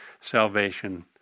salvation